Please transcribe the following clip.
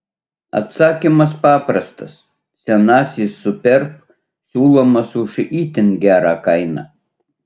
atsakymas paprastas senasis superb siūlomas už itin gerą kainą